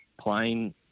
plain